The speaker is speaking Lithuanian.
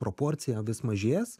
proporcija vis mažės